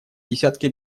десятки